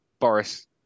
boris